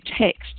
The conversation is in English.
text